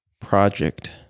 project